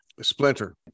Splinter